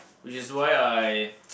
which is why I